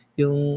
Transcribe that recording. yung